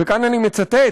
וכאן אני מצטט: